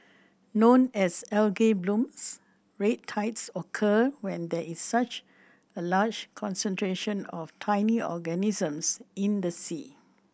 known as algae blooms red tides occur when there is such a large concentration of tiny organisms in the sea